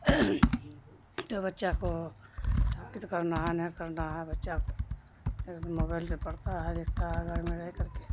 تو بچہ کو تاکید کرنا ہے نہیں کرنا ہے بچہ موبائل سے پڑھتا ہے لکھتا ہے گھر میں رہ کر کے